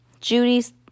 Judy's